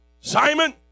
Simon